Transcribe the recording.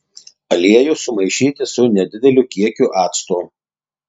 aliejų sumaišyti su nedideliu kiekiu acto